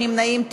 נמנעים,